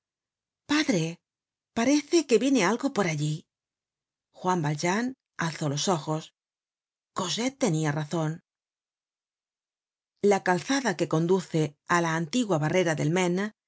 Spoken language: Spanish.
padre parece que viene algo por allí juan valjean alzó los ojos cosete tenia razon la calzada que conduce á la antigua barrera del maine